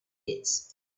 pits